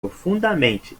profundamente